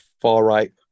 far-right